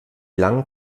lang